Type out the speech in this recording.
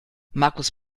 markus